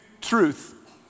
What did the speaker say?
truth